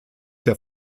der